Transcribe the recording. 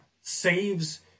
Saves